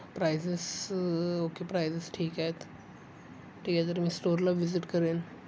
prices okay prices ठीक आहेत ठीक आहे तर मी स्टोरला व्हिजिट करेन